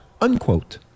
unquote